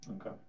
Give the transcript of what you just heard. Okay